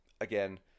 Again